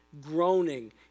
groaning